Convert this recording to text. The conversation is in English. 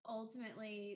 ultimately